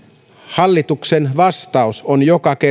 hallituksen vastaus on joka kerta